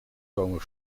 komen